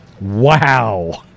Wow